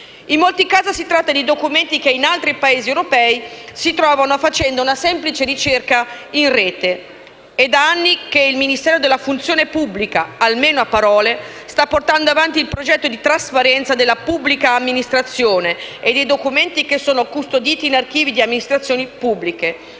In molti casi si tratta di documenti che in altri Paesi europei si trovano facendo una semplice ricerca in rete. È da anni che il Ministero della funzione pubblica, almeno a parole, sta portando avanti il progetto di trasparenza della pubblica amministrazione e dei documenti che sono custoditi in archivi di amministrazioni pubbliche.